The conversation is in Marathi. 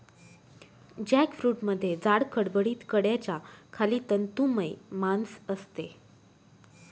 जॅकफ्रूटमध्ये जाड, खडबडीत कड्याच्या खाली तंतुमय मांस असते